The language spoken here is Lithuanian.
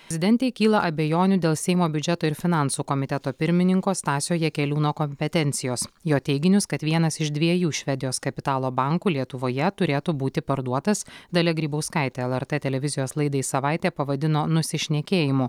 prezidentei kyla abejonių dėl seimo biudžeto ir finansų komiteto pirmininko stasio jakeliūno kompetencijos jo teiginius kad vienas iš dviejų švedijos kapitalo bankų lietuvoje turėtų būti parduotas dalia grybauskaitė lrt televizijos laidai savaitė pavadino nusišnekėjimu